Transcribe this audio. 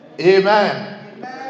Amen